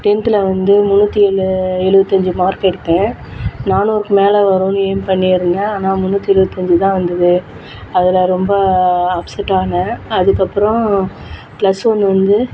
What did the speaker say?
டென்த்தில் வந்து முன்னூற்றி எழுபத்தஞ்சி மார்க் எடுத்தேன் நானூறுக்கு மேல் வரும் எயிம் பண்ணியிருந்தேன் ஆனால் முன்னூற்றி எழுபத்தஞ்சிதான் வந்தது அதில் ரொம்ப அப்செட் ஆனேன் அதுக்கப்பறம் பிளஸ் ஒன் வந்து